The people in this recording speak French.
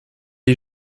est